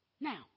now